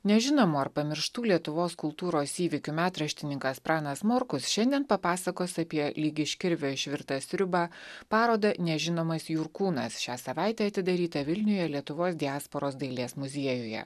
nežinomų ar pamirštų lietuvos kultūros įvykių metraštininkas pranas morkus šiandien papasakos apie lyg iš kirvio išvirtą sriubą parodą nežinomas jurkūnas šią savaitę atidaryta vilniuje lietuvos diasporos dailės muziejuje